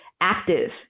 active